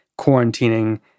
quarantining